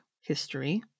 history